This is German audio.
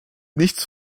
nichts